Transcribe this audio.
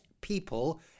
people